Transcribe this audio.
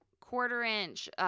quarter-inch